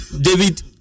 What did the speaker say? David